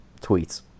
tweets